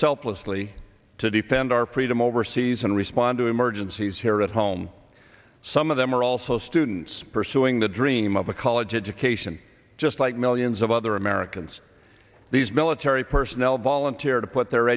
selflessly to defend our freedom overseas and respond to emergencies here at home some of them are also students pursuing the dream of a college education just like millions of other americans these military personnel volunteer to put their